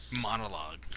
monologue